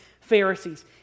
pharisees